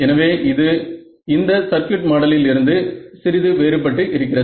எனவே இது இந்த சர்க்யூட் மாடலில் இருந்து சிறிது வேறு பட்டு இருக்கிறது